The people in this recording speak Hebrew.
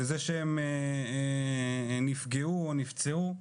זה שהם נפגעו או נפצעו,